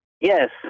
Yes